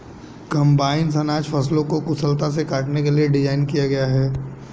combines अनाज फसलों को कुशलता से काटने के लिए डिज़ाइन किया गया है